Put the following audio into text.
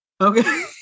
Okay